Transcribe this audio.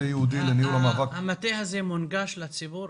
המטה הזה מונגש לציבור?